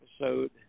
episode